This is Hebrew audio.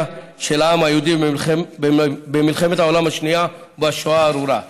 של העם היהודי במלחמת העולם השנייה בשואה הארורה.